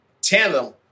tandem